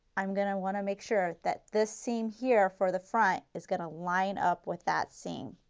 i am going to want to make sure that this seam here for the front is going to line up with that seam.